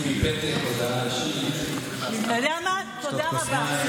שמי פתק: הודעה אישית.